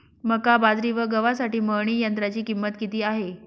मका, बाजरी व गव्हासाठी मळणी यंत्राची किंमत किती आहे?